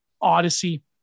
Odyssey